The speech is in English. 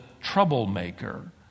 troublemaker